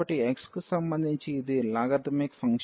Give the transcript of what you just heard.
కాబట్టి x కి సంబంధించి ఇది లాగరిథమిక్ ఫంక్షన్లు